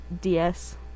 DS